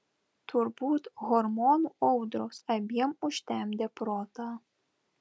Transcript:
turbūt hormonų audros abiem užtemdė protą